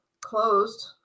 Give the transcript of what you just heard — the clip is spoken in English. closed